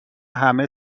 همه